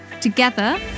together